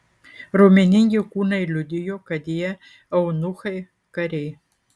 raumeningi kūnai liudijo kad jie eunuchai kariai